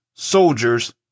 Soldiers